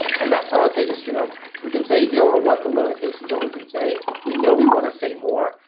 and that's all i'd say, just you know we can say here are what the limitations is what we can say, we know we wanna say more,